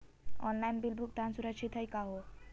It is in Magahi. ऑनलाइन बिल भुगतान सुरक्षित हई का हो?